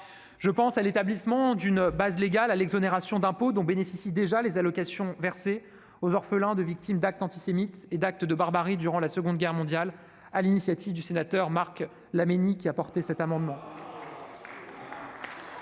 Je pense à l'établissement d'une base légale à l'exonération d'impôt dont bénéficient déjà les allocations versées aux orphelins de victimes d'actes antisémites et d'actes de barbarie durant la Seconde Guerre mondiale, sur l'initiative de Marc Laménie, qui a déposé cet amendement.